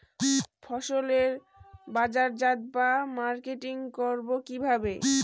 ফসলের বাজারজাত বা মার্কেটিং করব কিভাবে?